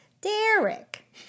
Derek